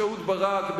שאהוד ברק,